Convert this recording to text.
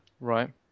Right